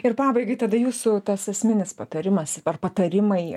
ir pabaigai tada jūsų tas esminis patarimas patarimai